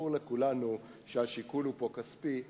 ברור לכולנו שהשיקול פה כספי,